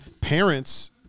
parents